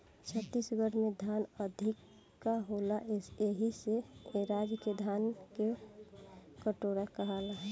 छत्तीसगढ़ में धान अधिका होला एही से ए राज्य के धान के कटोरा कहाला